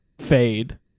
fade